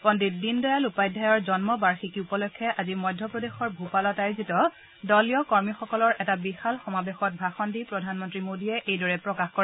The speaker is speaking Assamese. পণ্ডিত দীনদয়াল উপাধ্যায়ৰ জন্মবাৰ্যিকী উপলক্ষে আজি মধ্য প্ৰদেশৰ ভূপালত আয়োজিত দলীয় কৰ্মীসকলৰ এটা বিশাল সমাৱেশত ভাষণ দি প্ৰধানমন্তী মোদীয়ে এইদৰে প্ৰকাশ কৰে